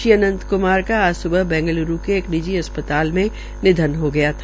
श्री अंनत क्मार को आज स्बह बैंगलुर के एक निजी अस् ताल में निधन हो गया था